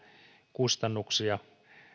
kustannuksia